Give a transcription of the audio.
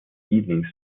evening